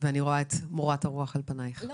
אני רואה את מורת הרוח על פנייך --- לא,